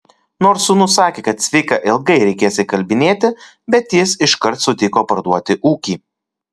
nors sūnus sakė kad cviką ilgai reikės įkalbinėti bet jis iškart sutiko parduoti ūkį